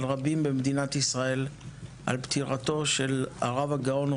רבים במדינת ישראל בשל פטירתו של הרב הגאון,